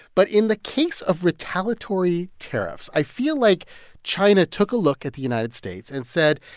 but in the case of retaliatory tariffs, i feel like china took a look at the united states and said,